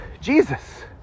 jesus